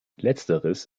letzteres